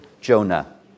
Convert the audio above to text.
Jonah